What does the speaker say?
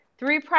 Three